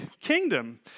kingdom